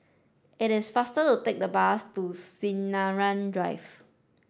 it is faster to take the bus to Sinaran Drive